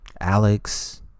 Alex